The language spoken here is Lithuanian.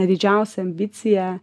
didžiausią ambiciją